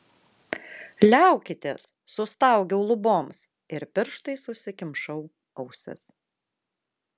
liaukitės sustaugiau luboms ir pirštais užsikimšau ausis